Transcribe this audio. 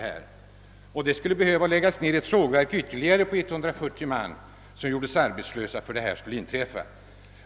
Det behövdes tydligen att ytterligare ett sågverk lades ned, så att 140 man gjordes arbetslösa, för att det skulle ske.